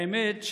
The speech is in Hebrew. האמת,